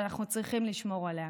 ושאנחנו צריכים לשמור עליה.